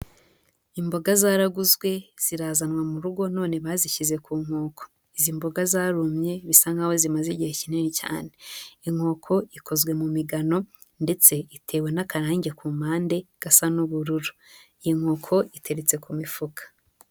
Imboga zaraguzwe zirazanwa mu rugo, none bazishyize ku nkoko. Izi mboga zarumye bisa nk'aho zimaze igihe kinini cyane. Inkoko ikozwe mu migano, ndetse itewe n'akarange ku mpande gasa n'ubururu. Inkoko iteretse ku mifuka.